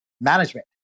management